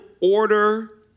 order